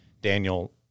Daniel